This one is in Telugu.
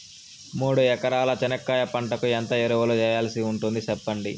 మూడు ఎకరాల చెనక్కాయ పంటకు ఎంత ఎరువులు వేయాల్సి ఉంటుంది సెప్పండి?